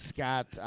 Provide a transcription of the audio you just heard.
Scott